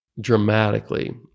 dramatically